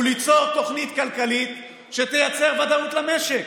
ליצור תוכנית כלכלית שתייצר ודאות למשק.